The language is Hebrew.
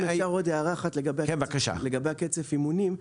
אם אפשר עוד הערה אחת לגבי קצף האימונים: